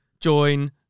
Join